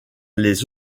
les